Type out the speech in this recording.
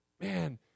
man